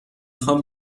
خوام